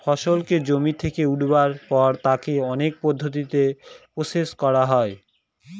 ফসলকে জমি থেকে উঠাবার পর তাকে অনেক পদ্ধতিতে প্রসেস করা হয়